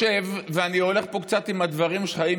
ואני הולך פה קצת עם הדברים שלך,